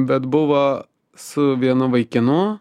bet buvo su vienu vaikinu